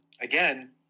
again